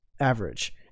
average